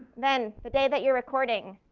then the day that you're recording,